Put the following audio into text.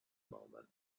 moment